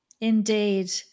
indeed